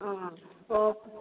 ꯑꯥ ꯑꯣ